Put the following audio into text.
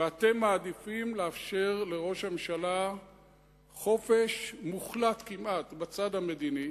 ואתם מעדיפים לאפשר לראש הממשלה חופש מוחלט כמעט בצד המדיני,